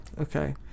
Okay